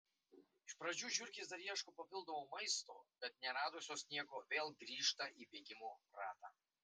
iš pradžių žiurkės dar ieško papildomo maisto bet neradusios nieko vėl grįžta į bėgimo ratą